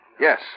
Yes